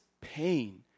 pain